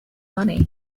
money